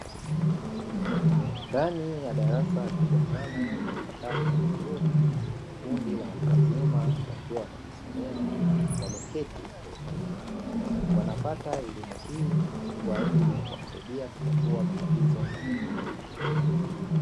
Ndani ya darasa kubwa sana lenye sakafu nzuri, kundi la watu wazima wakiwa wanajisomea, wameketi kwa utulivu wanapata elimu hii kwa ajili ya kuwasaidia kutatua matatizo mbalimbali.